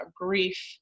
grief